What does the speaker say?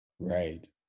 Right